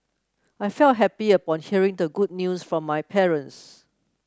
I felt happy upon hearing the good news from my parents